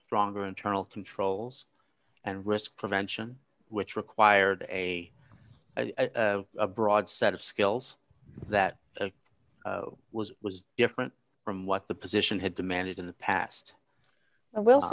stronger internal controls and risk prevention which required a broad set of skills that was was different from what the position had demanded in the past and w